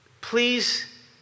please